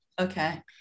Okay